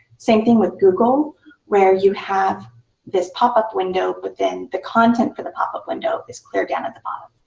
same thing with google where you have this pop-up window within the content for the pop-up window is clear down at the bottom.